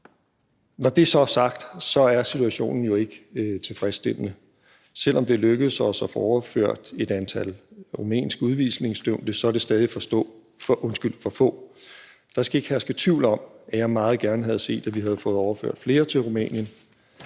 Når det så er sagt, er situationen jo ikke tilfredsstillende. Selv om det er lykkedes os at få overført et antal rumænske udvisningsdømte, er det stadig for få. Der skal ikke herske tvivl om, at jeg meget gerne havde set, at vi havde fået overført flere til Rumænien.